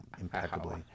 impeccably